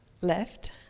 left